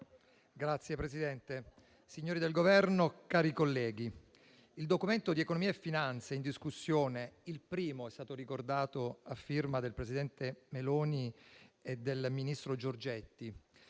Signor Presidente, signori del Governo, onorevoli colleghi, il Documento di economia e finanza in discussione, il primo - come è stato ricordato - a firma del presidente Meloni e del ministro Giorgetti,